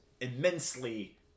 immensely